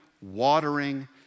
watering